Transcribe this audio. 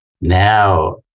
now